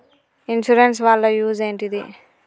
Insurance వాళ్ల use ఏంటిది?